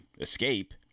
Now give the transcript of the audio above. escape